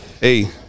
Hey